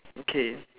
okay